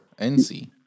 NC